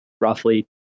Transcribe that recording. roughly